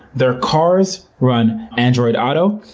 their cars run android auto.